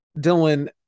dylan